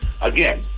again